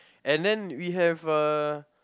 and then we have uh